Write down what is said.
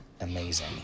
amazing